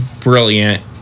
brilliant